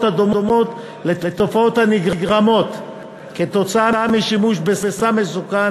הדומות לתופעות הנגרמות כתוצאה משימוש בסם מסוכן,